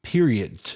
Period